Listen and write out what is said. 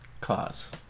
cause